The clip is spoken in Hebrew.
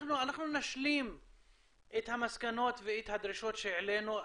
אנחנו נשלים את המסקנות ואת הדרישות שהעלינו.